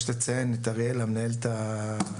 יש לציין לטובה את אריאל, המנהלת הוועדה.